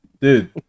dude